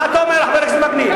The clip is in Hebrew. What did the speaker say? מה אתה אומר, חבר הכנסת וקנין?